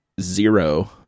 zero